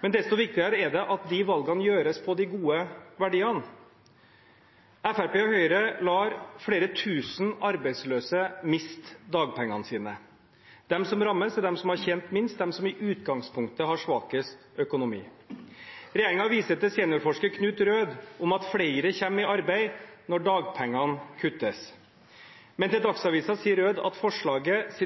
men desto viktigere er det at valgene gjøres på de gode verdiene. Fremskrittspartiet og Høyre lar flere tusen arbeidsløse miste dagpengene sine. De som rammes, er de som har tjent minst, de som i utgangspunktet har svakest økonomi. Regjeringen viser til seniorforsker Knut Røed når det gjelder at flere kommer i arbeid når dagpengene kuttes. Men til Dagsavisen sier Røed at forslaget